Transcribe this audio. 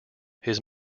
his